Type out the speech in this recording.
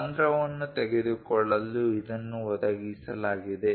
ರಂದ್ರವನ್ನು ತೆಗೆದುಕೊಳ್ಳಲು ಇದನ್ನು ಒದಗಿಸಲಾಗಿದೆ